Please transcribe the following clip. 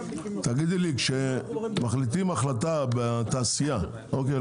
תגידי לי, כשמחליטים החלטה בתעשייה, אוקיי?